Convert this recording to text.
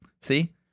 See